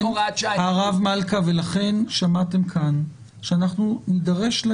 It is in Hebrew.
הרב מלכא, לא נטריח את